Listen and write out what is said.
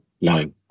line